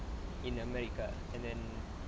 in america and then